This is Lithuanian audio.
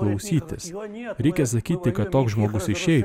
klausytis jreikia sakyti kad toks žmogus išeit